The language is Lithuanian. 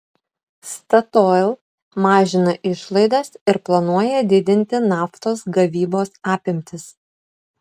statoil mažina išlaidas ir planuoja didinti naftos gavybos apimtis